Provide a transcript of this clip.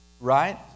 right